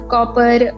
Copper